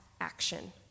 action